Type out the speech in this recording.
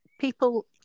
people